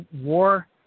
war